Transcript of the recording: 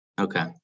Okay